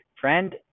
friend